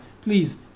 Please